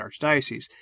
Archdiocese